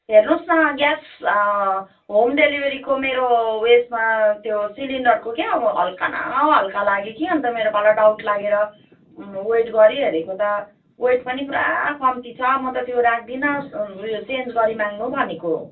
हेर्नुहोस् न gas home डेलिभेरीको मेरो ऊ यसमा त्यो सिलिन्डरको के अब हलुका न हलुका लाग्यो कि अनि त मेरो पालो डाउट लागेर वेट गरी हेरेको त वेट पनि पुरा कम्ती छ म त त्यो राख्दिनँ ऊ यो चेन्ज गरिमाग्नु भनेको